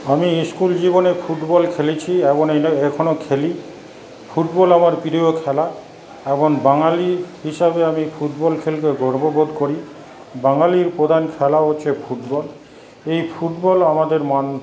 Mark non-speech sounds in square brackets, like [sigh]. আমি ইস্কুল জীবনে ফুটবল খেলেছি এবং [unintelligible] এখনও খেলি ফুটবল আমার প্রিয় খেলা এবং বাঙালি হিসাবে আমি ফুটবল খেলতে গর্ববোধ করি বাঙালির প্রধান খেলাও হচ্ছে ফুটবল এই ফুটবল আমাদের [unintelligible]